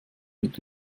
mit